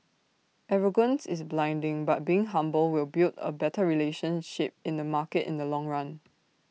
arrogance is blinding but being humble will build A better relationship in the market in the long run